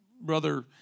Brother